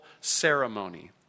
ceremony